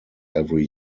every